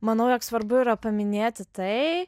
manau jog svarbu yra paminėti tai